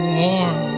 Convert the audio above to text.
warm